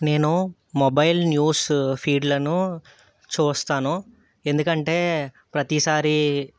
నేను mobile news ఫీడ్లను చూస్తాను ఎందుకంటే ప్రతిసారి